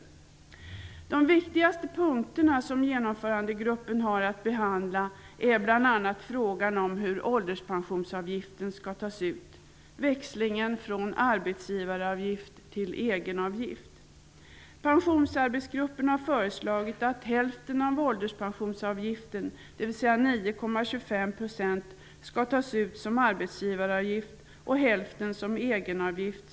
En av de viktigaste punkterna som genomförandegruppen har att behandla är frågan om hur ålderspensionsavgiften skall tas ut -- Pensionsarbetsgruppen har föreslagit att den ena hälften av ålderspensionsavgiften, dvs. 9,25 %, skall tas ut som en arbetsgivaravgift och att den andra hälften skall tas ut som en egenavgift.